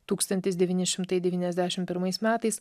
tūkstantis devyni šimtai devyniasdešimt pirmais metais